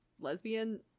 lesbian